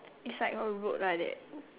it's like a road like that